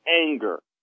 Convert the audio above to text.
anger